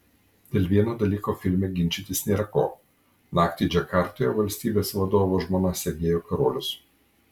dėl vieno dalyko filme ginčytis nėra ko naktį džakartoje valstybės vadovo žmona segėjo karolius